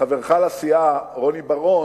חברך לסיעה רוני בר-און,